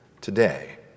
Today